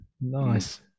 Nice